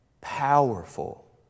powerful